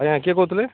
ଆଜ୍ଞା କିଏ କହୁଥିଲେ